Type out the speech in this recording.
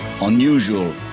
unusual